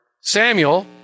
Samuel